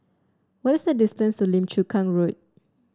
what is the distance to Lim Chu Kang Road